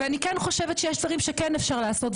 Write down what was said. אני חושבת שיש דברים שאפשר לעשות,